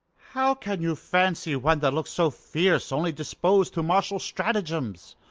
how can you fancy one that looks so fierce, only dispos'd to martial stratagems?